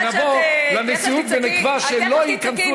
אני יודעת שאת תכף תצעקי "נגד",